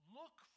look